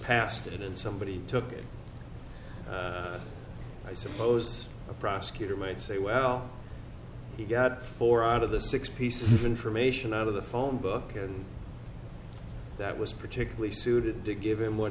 passed and somebody took it i suppose the prosecutor might say well he got four out of the six pieces of information out of the phone book and that was particularly suited to give him what